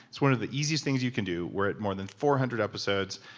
it's one of the easiest things you can do. we're at more than four hundred episodes,